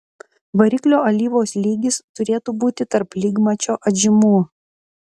variklio alyvos lygis turėtų būti tarp lygmačio atžymų